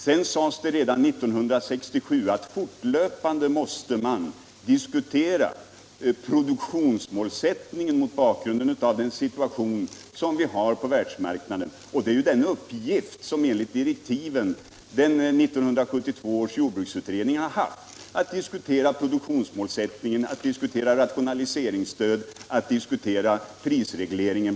Det sades redan 1967 att man fortlöpande måste diskutera produktionsmålsättningen mot bakgrund av bl.a. den situation som vi har på världsmarknaden, och det är den uppgift som enligt direktiven 1972 års jordbruksutredning har haft: att diskutera produktionsmålsättningen, att diskutera rationaliseringsstödets utformning, att diskutera prisregleringen.